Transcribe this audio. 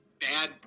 bad